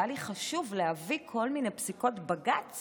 והיה לי חשוב להביא כל מיני פסיקות בג"ץ